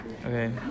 okay